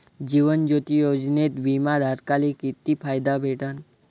जीवन ज्योती योजनेत बिमा धारकाले किती फायदा भेटन?